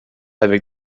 avec